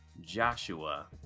joshua